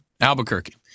Albuquerque